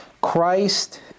Christ